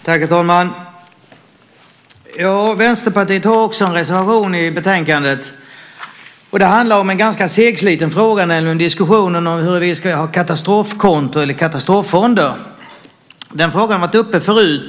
Herr talman! Vänsterpartiet har också en reservation i betänkandet. Den handlar om en ganska segsliten fråga, nämligen diskussionen om huruvida vi ska ha ett katastrofkonto eller en katastroffond. Den frågan har varit uppe förut.